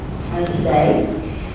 today